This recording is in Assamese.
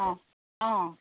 অঁ অঁ